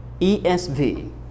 ESV